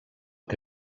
que